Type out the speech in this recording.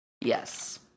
yes